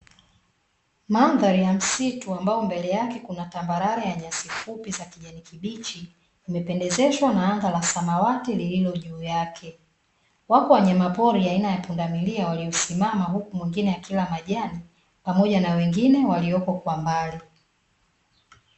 Mandhari ya msitu ambao mbele yake kuna tambarare ya nyasi fupi za kijani kibichi, imependezeshwa na anga la samawati lililo juu yake. Wako wanyamapori aina ya pundamilia waliosimama huku mwingine akila majani, pamoja na wengine waliopo kwa mbali.